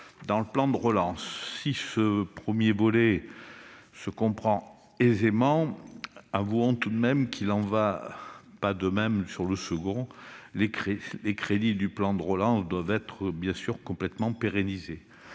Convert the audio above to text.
dans le plan de relance. Si ce premier volet se comprend aisément, avouons tout de même qu'il n'en va pas de même du second, les crédits du plan de relance devant, bien sûr, être complètement pérennisés.